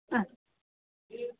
अस्तु